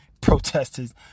protesters